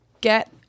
get